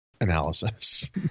analysis